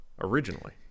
originally